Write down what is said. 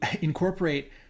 incorporate